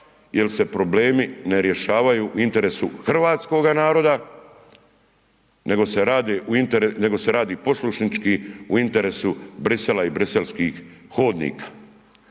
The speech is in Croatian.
jer se problemi ne rješavaju u interesu hrvatskoga naroda, nego se radi poslušnički u interesu Bruxellesa i briselskih hodnika.